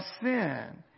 sin